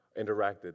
interacted